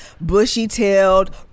bushy-tailed